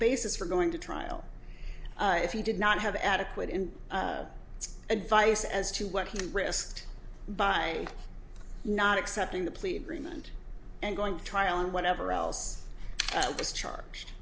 basis for going to trial if he did not have adequate and advice as to what he risked by not accepting the plea agreement and going to trial and whatever else was charged